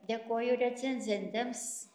dėkoju recenzentėms